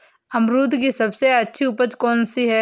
अमरूद की सबसे अच्छी उपज कौन सी है?